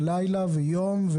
לילה ויום.